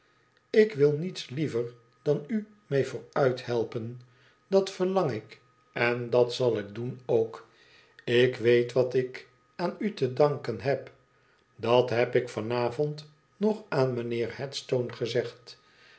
ik wil niets liever dan u mee vooruithelpen dè t verlang ik en dat zal ik doen ook ik weet wat ik aan u te danken heb dat heb ik van avond nog aan mijnheer headstone gezegd